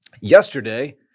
yesterday